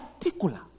particular